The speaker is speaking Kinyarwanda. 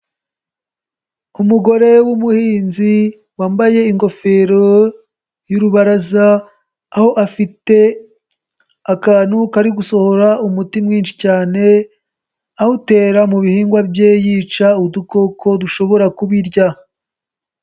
Umugore w'umuhinzi wambaye ingofero y'urubaraza aho afite akantu kari gusohora umuti mwinshi cyane, awutera mu bihingwa bye yica udukoko dushobora kubirya.